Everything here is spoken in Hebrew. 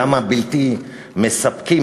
גם הבלתי-מספקים,